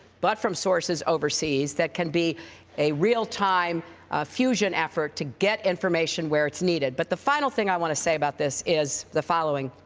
but from sources overseas, that can be a real-time fusion effort to get information where it's needed. but the final thing i want to say about this is the following.